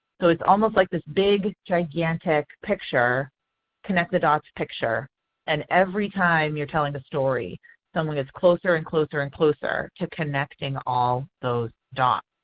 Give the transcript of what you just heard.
so it's almost like this big gigantic picture connect the dots picture and every time you are telling the story someone gets closer and closer and closer to connecting all those dots.